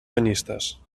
banyistes